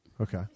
Okay